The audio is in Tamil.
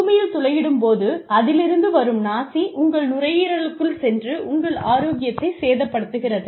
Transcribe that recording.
பூமியில் துளையிடும் போது அதிலிருந்து வரும் தூசி உங்கள் நுரையீரலுக்குள் சென்று உங்கள் ஆரோக்கியத்தைச் சேதப்படுத்துகிறது